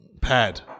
pad